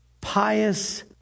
pious